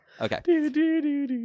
okay